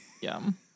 Yum